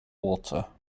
water